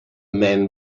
men